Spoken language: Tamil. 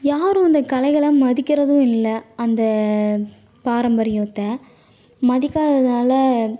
யாரும் அந்த கலைகளை மதிக்கிறதும் இல்லை அந்த பாரம்பரியத்த மதிக்காததுனால்